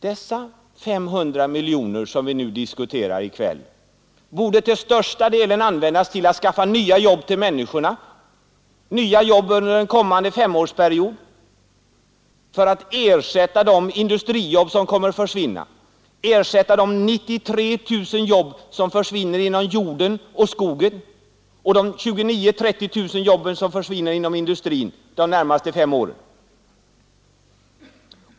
De 500 miljoner som vi i kväll diskuterar bör till största delen användas för att skaffa nya jobb till människorna under den kommande femårsperioden. De borde användas för att ersätta de 93 000 jobb som försvinner inom jordoch skogsbruk och de 30 000 jobb som försvinner inom industrin under de närmaste fem åren.